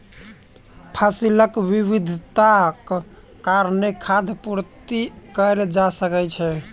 फसीलक विविधताक कारणेँ खाद्य पूर्ति कएल जा सकै छै